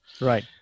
Right